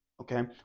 Okay